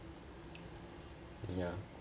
ya